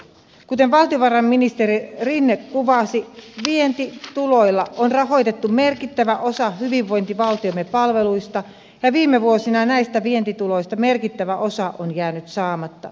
kuten valtiovarainministeri rinne kuvasi vientituloilla on rahoitettu merkittävä osa hyvinvointivaltiomme palveluista ja viime vuosina näistä vientituloista merkittävä osa on jäänyt saamatta